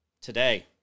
today